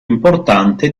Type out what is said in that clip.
importante